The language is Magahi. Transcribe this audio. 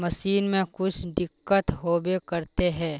मशीन में कुछ दिक्कत होबे करते है?